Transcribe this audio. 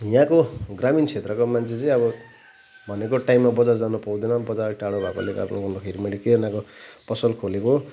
यहाँको ग्रामीण क्षेत्रको मान्छे चाहिँ अब भनेको टाइममा बजार जान पाउँदैन बजार टाढो भएकोले गर्दाखेरि मैले किरानाको पसल खोलेको हो